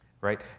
right